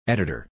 Editor